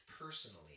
personally